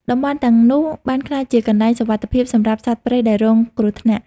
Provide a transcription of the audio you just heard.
តំបន់ទាំងនោះបានក្លាយជាកន្លែងសុវត្ថិភាពសម្រាប់សត្វព្រៃដែលរងគ្រោះថ្នាក់។